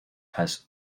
has